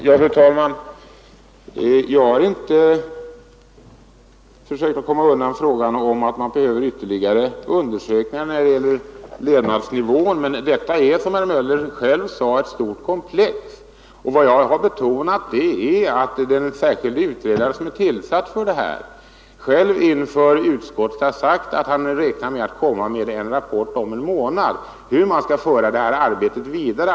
Fru talman! Jag har inte försökt att komma undan frågan om behovet av ytterligare levnadsnivåundersökningar, men detta är, som herr Möller i Göteborg själv sade, ett stort frågekomplex, och vad jag betonat är att den särskilda utredare som är tillsatt för detta ändamål själv inför utskottet har sagt, att han räknar med att om en månad lägga fram en rapport om hur detta arbete skall föras vidare.